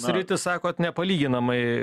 sritys sakot nepalyginamai